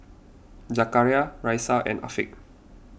Zakaria Raisya and Afiq